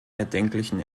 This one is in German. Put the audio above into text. erdenklichen